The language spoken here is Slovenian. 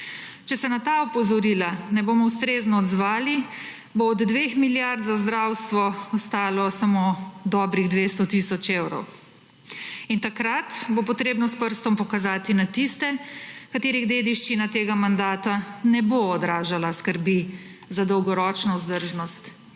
Če se na ta opozorila ne bomo ustrezno odzvali, bo od dveh milijard za zdravstvo ostalo samo dobrih 200 tisoč evrov. In takrat bo treba pokazati s prstom na tiste, katerih dediščina tega mandata ne bo odražala skrbi za dolgoročno vzdržnost javnih